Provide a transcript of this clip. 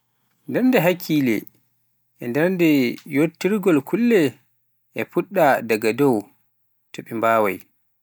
darnde hakkille e nder ƴettugol kuule, e fuɗɗa daga ɗon to be mbawai.